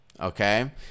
Okay